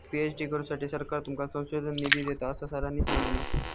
PhD करुसाठी सरकार तुमका संशोधन निधी देता, असा सरांनी सांगल्यानी